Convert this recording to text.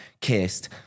kissed